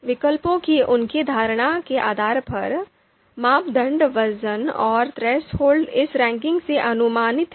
विकल्पों की उनकी धारणा के आधार पर मापदंड वज़न और थ्रेसहोल्ड इस रैंकिंग से अनुमानित हैं